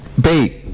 Bait